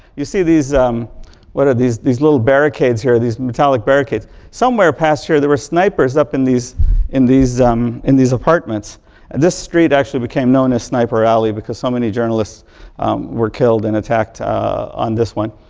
you see this what are these these little barricades here, these metallic barricades, somewhere past here, there were snipers up in these in these um in these apartments. and this street actually became known as sniper alley, because so many journalists were killed and attacked on this one.